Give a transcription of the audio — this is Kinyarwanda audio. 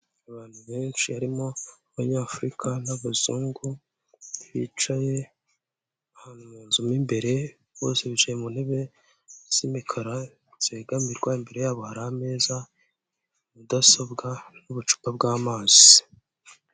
Abantu benshi barimo abanyafurika n'abazungu, bicaye ahantu munzu mw'imbere, bose bicaye ku ntebe z'imikara zegamirwa, imbere yabo hari ameza, mudasobwa n'ubucupa bw'amazi.